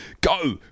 go